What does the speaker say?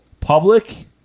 public